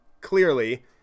clearly